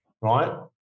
right